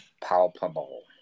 palpable